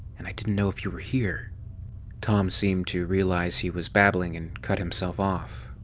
and i didn't know if you were here tom seemed to realize he was babbling and cut himself off.